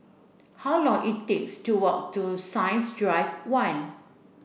how long it takes to walk to Science Drive one